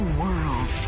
world